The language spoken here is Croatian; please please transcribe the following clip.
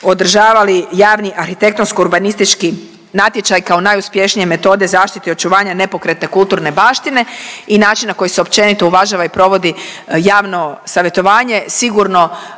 održavati javni arhitektonsko urbanistički natječaji kao najuspješnije metode zaštite i očuvanja nepokretne kulturne baštine i način na koji se općenito uvažava i provodi javno savjetovanje, sigurno